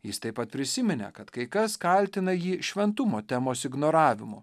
jis taip pat prisiminė kad kai kas kaltina jį šventumo temos ignoravimu